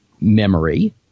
memory